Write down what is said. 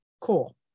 Cool